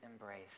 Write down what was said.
embrace